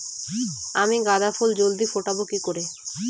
আমি গাঁদা ফুল জলদি ফোটাবো কি করে?